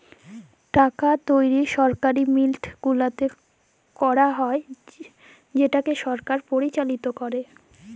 টাকা তৈরি সরকারি মিল্ট গুলাতে ক্যারা হ্যয় যেটকে সরকার পরিচালিত ক্যরে